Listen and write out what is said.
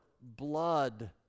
blood